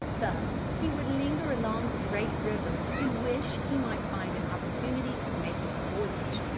thus he would linger along the great river and wish he might find an opportunity of making a voyage.